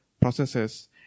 processes